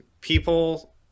people